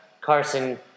Carson